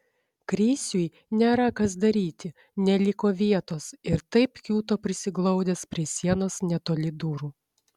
krisiui nėra kas daryti neliko vietos ir taip kiūto prisiglaudęs prie sienos netoli durų